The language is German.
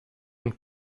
und